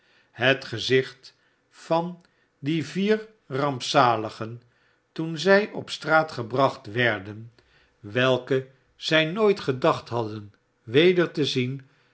het gezicht van die vier rampzaligen toen zij op de straat gebracht werden welke zij nooit gedacht hadden weder te zien